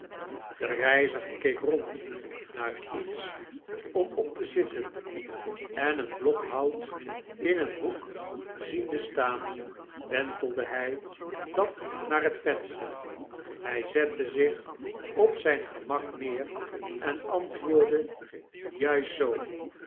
de reiziger keek rond naar iets om op te zitten en een blok hout in een hoek ziende staan wentelde hy dat naar het venster hij zette zich op zyn gemak neer en antwoordde juist zoo